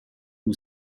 who